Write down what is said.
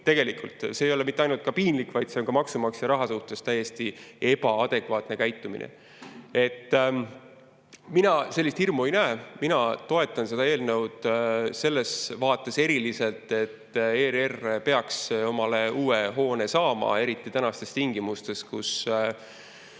Tegelikult see ei ole mitte ainult piinlik, vaid see on olnud maksumaksja raha suhtes täiesti ebaadekvaatne käitumine. Mina sellist hirmu ei näe. Mina toetan seda eelnõu selles vaates, et ERR peaks omale uue hoone saama, eriti praegustes tingimustes, kus